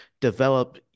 develop